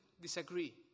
disagree